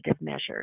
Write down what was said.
measures